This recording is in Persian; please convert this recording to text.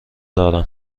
دارم